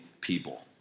people